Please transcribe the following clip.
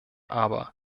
aber